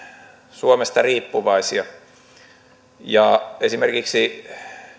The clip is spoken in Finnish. suomesta riippuvaisia esimerkiksi